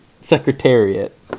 Secretariat